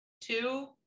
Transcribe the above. Two